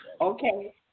Okay